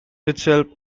itself